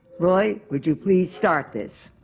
roy, would you please start this?